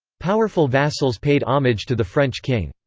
powerful vassals paid homage to the french king.